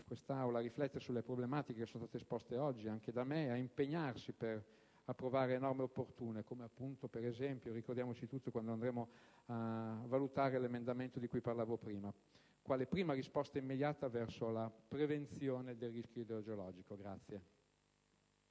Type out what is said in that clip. quest'Assemblea a riflettere sulle problematiche che sono state esposte oggi anche da me e ad impegnarsi per approvare le norme opportune (a tal proposito, ad esempio, ricordiamoci tutti quando andremo a valutare l'emendamento di cui parlavo prima), quale prima risposta immediata per la prevenzione del rischio idrogeologico.